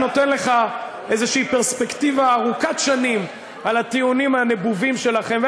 אני נותן לך איזושהי פרספקטיבה ארוכת שנים על הטיעונים הנבובים שלכם,